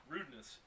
Rudeness